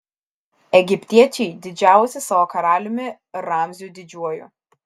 egiptiečiai didžiavosi savo karaliumi ramziu didžiuoju